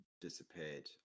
disappeared